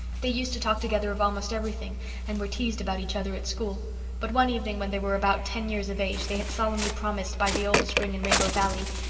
they used to talk together of almost everything and were teased about each other at school but one evening when they were about ten years of age they had solemnly promised, by the old spring in rainbow valley,